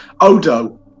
Odo